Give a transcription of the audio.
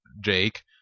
Jake